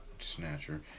Snatcher